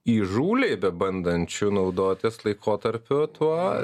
įžūliai bebandančių naudotis laikotarpiu tuo